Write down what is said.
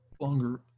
longer